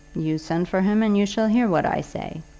you send for him and you shall hear what i say.